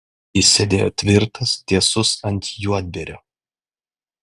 jis sėdėjo tvirtas tiesus ant juodbėrio